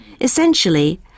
Essentially